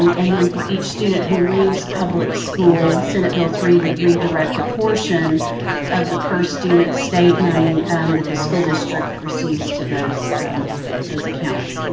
um and then, for each student who leaves public school, senate bill three would redirect a portion of the per student state money that the school district receives to those those accounts.